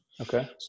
Okay